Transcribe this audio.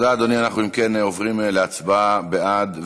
אנחנו ממזערים את הפגיעה בפרטיות.